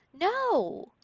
No